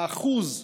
האחוז,